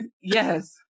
yes